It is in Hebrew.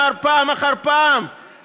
אמר פעם אחר פעם,